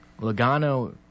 Logano